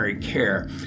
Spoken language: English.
care